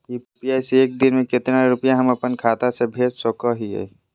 UPI से एक दिन में कितना रुपैया हम अपन खाता से भेज सको हियय?